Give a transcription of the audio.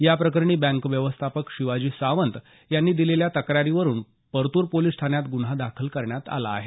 या प्रकरणी बँक व्यवस्थापक शिवाजी सावंत यांनी दिलेल्या तक्रारीवरून परतूर पोलीस ठाण्यात गुन्हा दाखल करण्यात आला आहे